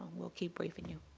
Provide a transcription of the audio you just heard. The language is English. we'll keep briefing you.